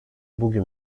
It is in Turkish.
bugün